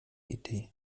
idee